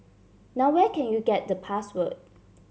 now where can you get the password